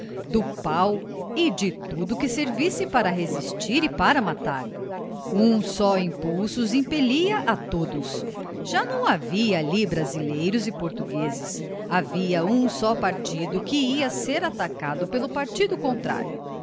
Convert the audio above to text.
do pau e de tudo que servisse para resistir e para matar um só impulso os impelia a todos já não havia ali brasileiros e portugueses havia um só partido que ia ser atacado pelo partido contrário